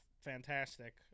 fantastic